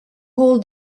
hold